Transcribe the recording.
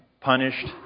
punished